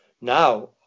Now